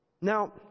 Now